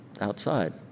outside